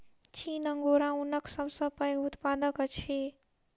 चीन अंगोरा ऊनक सब सॅ पैघ उत्पादक अछि